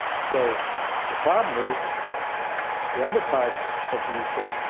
so the problem is the other parts of the uk,